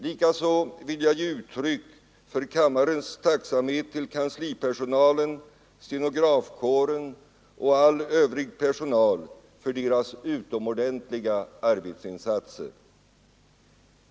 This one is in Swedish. Likaså vill jag ge uttryck för kammarens tacksamhet till kanslipersonalen, stenografkåren och all övrig personal för deras utomordentliga arbetsinsatser.